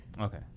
Okay